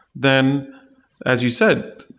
then as you said,